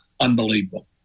unbelievable